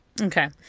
Okay